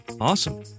Awesome